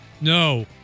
No